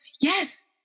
yes